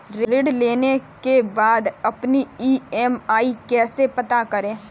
ऋण लेने के बाद अपनी ई.एम.आई कैसे पता करें?